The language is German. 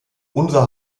unser